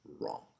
wrong